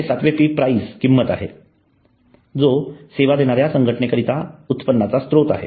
हे सातवे P price किंमत आहे जो सेवा देणाऱ्या संघटने करीता उत्पन्नाचा स्रोत आहे